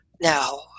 Now